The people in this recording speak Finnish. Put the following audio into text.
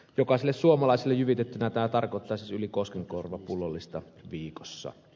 jokaiselle suomalaiselle jyvitettynä tämä tarkoittaa siis yli koskenkorva pullollista viikossa